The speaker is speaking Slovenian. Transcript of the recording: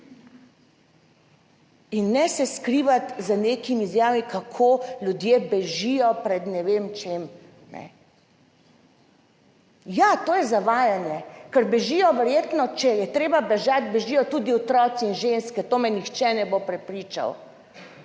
In ne se skrivati za nekimi izjavami, kako ljudje bežijo pred ne vem čem, ne. Ja, to je zavajanje, ker bežijo verjetno, če je treba bežati, bežijo tudi otroci in ženske. To me nihče ne bo prepričal,